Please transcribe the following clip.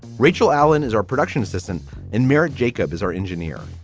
rachel allen is our production assistant in merritt. jacob is our engineer.